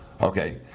Okay